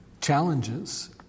challenges